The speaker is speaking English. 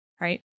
right